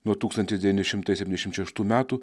nuo tūkstantis devyni šimtai septyniasdešimt šeštų metų